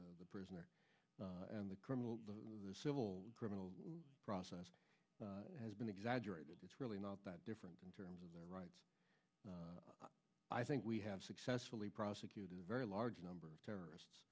miranda the prisoner and the criminal the civil criminal process has been exaggerated it's really not that different in terms of their rights i think we have successfully prosecuted a very large number of terrorists